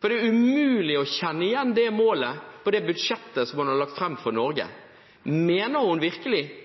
For det er umulig å kjenne igjen det målet i det budsjettet som man har lagt fram for Norge. Mener hun virkelig